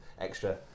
extra